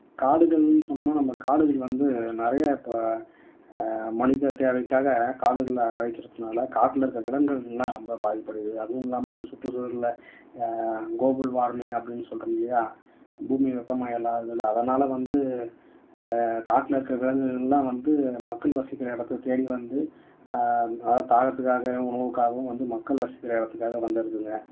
காடுகள்ன்னு சொன்னால் நம்ம காடுகள் வந்து நிறைய இப்போ மனித தேவைக்காக காடுகளை அழிக்கிறதுனால காட்டில் இருக்கற விலங்குகளெலாம் ரொம்ப பாதிப்பு அடையுது அதுவும் இல்லாமல் இந்த சுற்றுச்சூழல்களில் கோபுல் வார்மிங் அப்படின்னு சொல்கிறோம் இல்லையா பூமி வெப்பமயம் அதுல அதனால் வந்து காட்டில் இருக்கிற விலங்குகள்லாம் வந்து மக்கள் வசிக்கின்ற இடத்தை தேடி வந்து தாகத்துக்காக உணவுக்காகவும் வந்து மக்கள் வசிக்கின்ற இடத்துக்காக வந்துருதுங்க